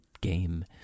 game